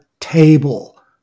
Table